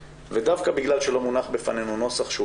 ודווקא בגלל שלא מונח בפנינו נוסח שהוא